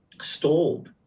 stalled